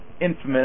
infamous